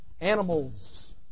Animals